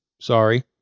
Sorry